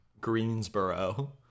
Greensboro